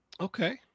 okay